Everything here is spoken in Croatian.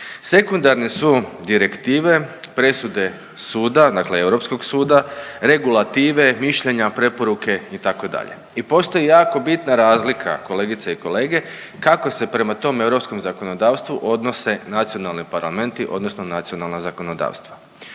Sekundari su direktive, presude suda, dakle Europskog suda, regulative, mišljenja, preporuke itd. i postoji jako bitna razlika kolegice i kolege kako se prema tom europskom zakonodavstvu odnose nacionalni parlamenti odnosno nacionalna zakonodavstva.